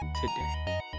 today